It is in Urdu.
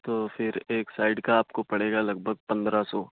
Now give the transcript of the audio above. تو پھر ایک سائڈ کا آپ کو پڑے گا لگ بھگ پندرہ سو